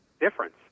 difference